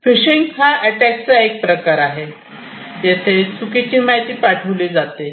fishing हा अटॅकचा एक प्रकार आहे जेथे चुकीची माहिती पाठविली जाते